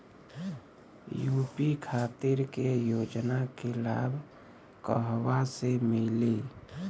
UP खातिर के योजना के लाभ कहवा से मिली?